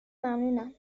ممنونم